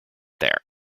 there